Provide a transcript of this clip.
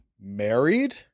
married